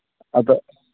ᱟᱫᱚ